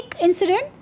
incident